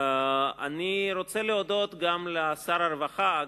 אני רוצה להודות גם לשר הרווחה,